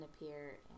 appear